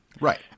Right